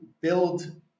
build